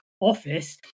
office